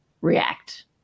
react